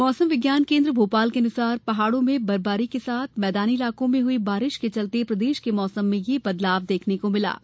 मौसम विज्ञान केन्द्र भोपाल के अनुसार पहाड़ों में बर्फबारी के साथ मैदानी इलाकों में हई बारिश के चलते प्रदेश के मौसम में यह बदलाव देखने को मिला है